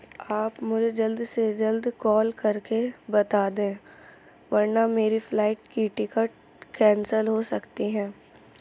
آپ مجھے جلد سے جلد کال کر کے بتا دیں ورنہ میری فلائٹ کی ٹکٹ کینسل ہو سکتی ہے